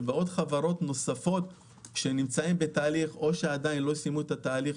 חברות שנמצאות בעיצומו של התהליך מכיוון שעדיין לא סיימו את תהליך